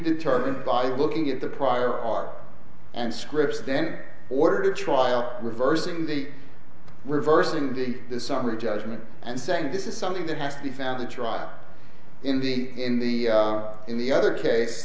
determined by looking at the prior art and scripts then ordered a trial reversing the reversing the the summary judgment and saying this is something that has to be found a trial in the in the in the other case